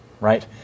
right